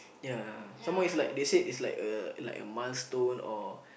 ya some more is like they said it's like a like a milestone or